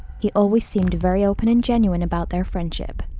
he always seemed very open and genuine about their friendship.